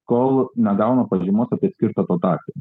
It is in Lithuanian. kol negauna pažymos apie skirtą dotaciją